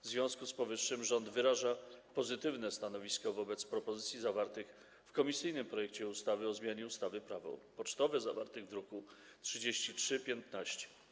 W związku z powyższym rząd wyraża pozytywne stanowisko wobec propozycji zawartych w komisyjnym projekcie ustawy o zmianie ustawy Prawo pocztowe, zawartych w druku nr 3315.